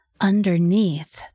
underneath